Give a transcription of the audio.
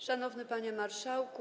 Szanowny Panie Marszałku!